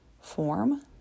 form